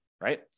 right